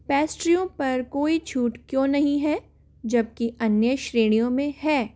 पैस्ट्रियों पर कोई छूट क्यों नहीं है जबकि अन्य श्रेणियों में है